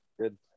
Good